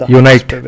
unite